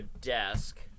desk